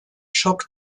schock